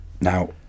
now